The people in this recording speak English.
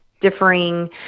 differing